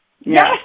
Yes